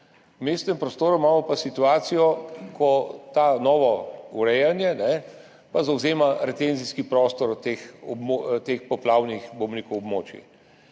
V vmesnem prostoru imamo pa situacijo, ko ta novo urejanje pa zavzema recenzijski prostor teh poplavnih območij.